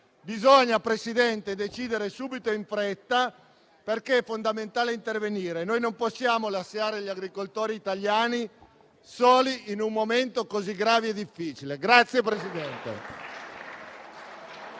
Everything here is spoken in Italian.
Bisogna decidere subito e in fretta perché è fondamentale intervenire. Non possiamo lasciare gli agricoltori italiani soli in un momento così grave e difficile.